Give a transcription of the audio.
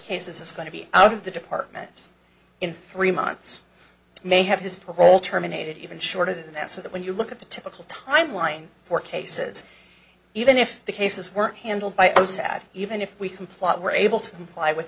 cases is going to be out of the departments in three months may have his parole terminated even shorter than that so that when you look at the typical timeline for cases even if the cases were handled by us at even if we complot were able to fly with